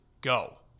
go